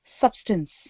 substance